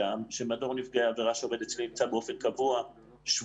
שמדור נפגעי עבירה שעובד אצלי נמצא באופן קבוע שבועי